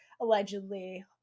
allegedly